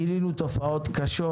גילינו תופעות קשות,